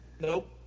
Nope